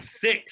six